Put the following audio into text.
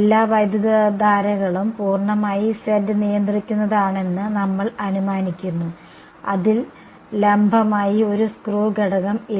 എല്ലാ വൈദ്യുതധാരകളും പൂർണ്ണമായി z നിയന്ത്രിക്കുന്നതാണെന്ന് നമ്മൾ അനുമാനിക്കുന്നു അതിൽ ലംബമായി ഒരു സ്ക്രൂ ഘടകം ഇല്ല